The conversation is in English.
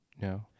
No